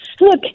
look